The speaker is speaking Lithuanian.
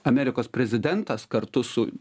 amerikos prezidentas kartu su